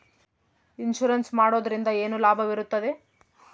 Insurance ಮಾಡೋದ್ರಿಂದ ಏನು ಲಾಭವಿರುತ್ತದೆ?